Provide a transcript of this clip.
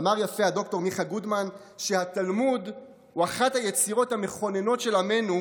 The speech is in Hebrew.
אמר יפה ד"ר מיכה גודמן שהתלמוד הוא אחת היצירות המכוננת של עמנו,